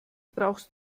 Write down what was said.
brauchst